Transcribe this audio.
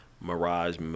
mirage